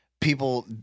People